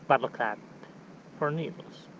bottle cap for needles.